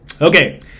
Okay